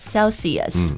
Celsius